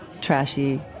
trashy